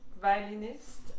violinist